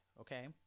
Okay